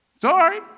Sorry